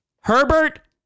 Herbert